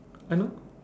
I know